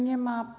Nie ma.